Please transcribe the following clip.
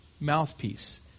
mouthpiece